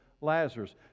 Lazarus